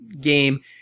game